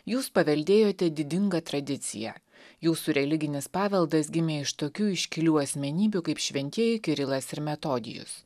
jūs paveldėjote didingą tradiciją jūsų religinis paveldas gimė iš tokių iškilių asmenybių kaip šventieji kirilas ir metodijus